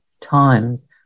times